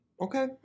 Okay